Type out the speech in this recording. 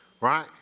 right